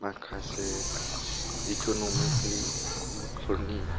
माखासे इकनमिकेलि युथफोरनि